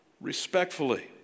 respectfully